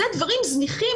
אלה דברים זניחים,